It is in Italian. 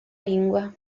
lingua